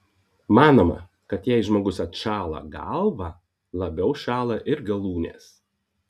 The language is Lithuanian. manoma kad jei žmogus atšąla galvą labiau šąla ir galūnės